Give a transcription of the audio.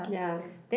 ya